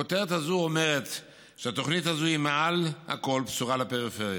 הכותרת הזאת אומרת שהתוכנית הזאת היא מעל לכול בשורה לפריפריה.